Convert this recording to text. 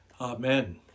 Amen